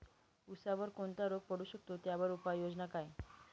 ऊसावर कोणता रोग पडू शकतो, त्यावर उपाययोजना काय?